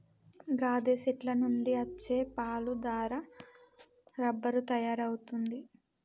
గాదె సెట్ల నుండి అచ్చే పాలు దారా రబ్బరు తయారవుతుంది